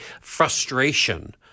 frustration